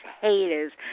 haters